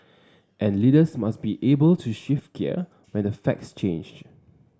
and leaders must be able to shift gear when the facts change